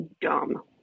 dumb